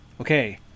Okay